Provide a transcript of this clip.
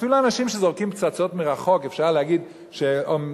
אפילו אנשים שזורקים פצצות מרחוק, אפשר להגיד שלא